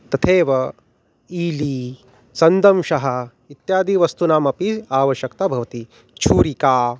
तथैव ईली सन्दंशः इत्यादीनां वस्तूनामपि आवश्यक्ता भवति छुरिका